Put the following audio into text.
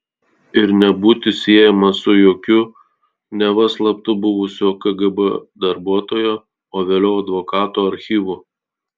ir nebūti siejamas su jokiu neva slaptu buvusio kgb darbuotojo o vėliau advokato archyvu